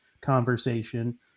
conversation